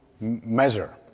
measure